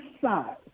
size